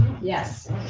yes